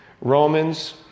Romans